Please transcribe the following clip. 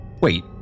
Wait